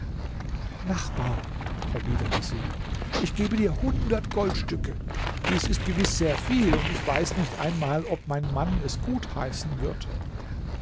nachbar erwiderte sie ich gebe hundert goldstücke dies ist gewiß sehr viel und ich weiß nicht einmal ob mein mann es gutheißen wird